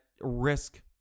risk